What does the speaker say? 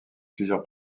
plusieurs